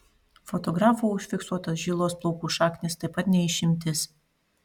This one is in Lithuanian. fotografų užfiksuotos žilos plaukų šaknys taip pat ne išimtis